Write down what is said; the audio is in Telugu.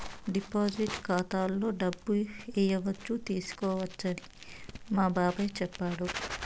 డిపాజిట్ ఖాతాలో డబ్బులు ఏయచ్చు తీసుకోవచ్చని మా బాబాయ్ చెప్పాడు